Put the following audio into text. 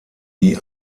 die